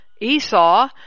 Esau